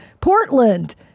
Portland